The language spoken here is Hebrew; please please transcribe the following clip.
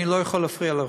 אני לא יכול להפריע לרופא.